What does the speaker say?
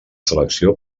selecció